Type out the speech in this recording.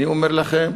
אני אומר לכם,